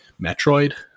Metroid